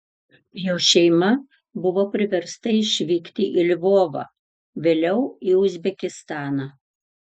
jo šeima buvo priversta išvykti į lvovą vėliau į uzbekistaną